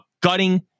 gutting